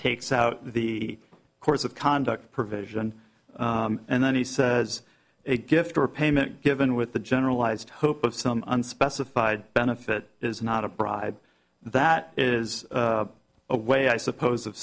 takes out the course of conduct provision and then he says a gift or a payment given with the generalized hope of some unspecified benefit is not a bribe that is a way i suppose of